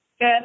Good